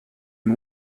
and